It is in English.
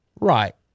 Right